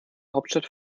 hauptstadt